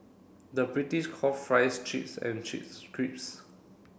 the British call fries chips and chips crisps